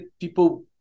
people